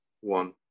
one